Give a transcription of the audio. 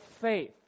faith